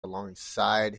alongside